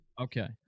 Okay